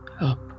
up